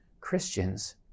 Christians